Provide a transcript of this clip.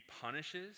punishes